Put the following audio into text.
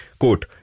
Quote